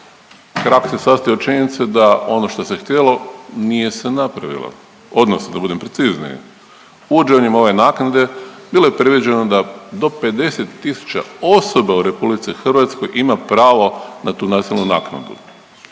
krak se sastoji od činjenice da ono što se htjelo nije se napravilo odnosno da budem precizniji uvođenjem ove naknade bilo je predviđeno da do 50 tisuća osoba u RH ima pravo na tu nacionalnu naknadu.